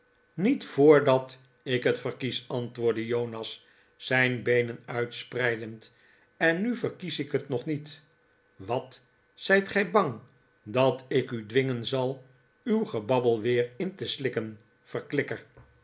niet voordat ik het verkies antwoordde jonas zijn beenen uitspreidend en nu verkies ik het nog niet watl zijt gij bang dat ik u dwingen zal uw gebabbel weer in te slikken verklikker